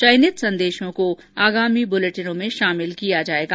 चयनित संदेशों को आगामी बुलेटिनों में शामिल किया जाएगा